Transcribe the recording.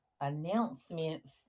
announcements